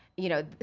you know,